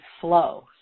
flow